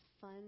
fun